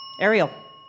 Ariel